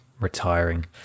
retiring